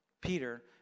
Peter